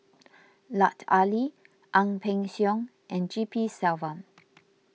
Lut Ali Ang Peng Siong and G P Selvam